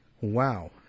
Wow